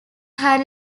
had